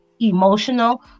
emotional